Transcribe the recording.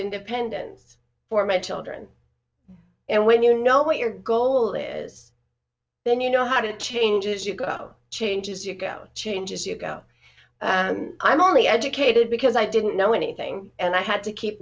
independence for my children and when you know what your goal is then you know how to change as you go changes you go change as you go i'm only educated because i didn't know anything and i had to keep